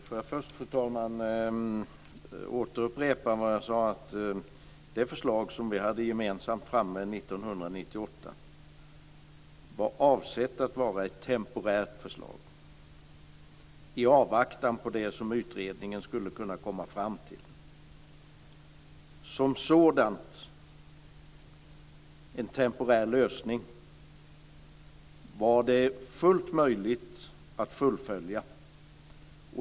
Fru talman! Jag vill först återupprepa vad jag sade, att det förslag som vi gemensamt tog fram 1998 var avsett att vara ett temporärt förslag i avvaktan på det som utredningen skulle kunna komma fram till. Som sådant, en temporär lösning, var förslaget fullt möjligt att fullfölja.